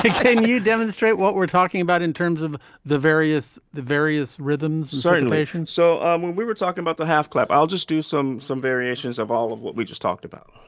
can can you demonstrate what we're talking about in terms of the various the various rhythms, certain locations? so um when we were talking about the half clap, i'll just do some some variations of all of what we just talked about.